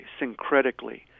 syncretically